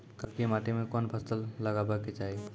करकी माटी मे कोन फ़सल लगाबै के चाही?